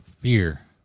fear